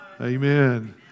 Amen